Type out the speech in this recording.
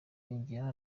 yongeyeho